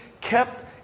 kept